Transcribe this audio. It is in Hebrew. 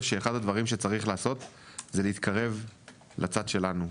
שאחד הדברים שצריך לעשות זה להתקרב לצד שלנו,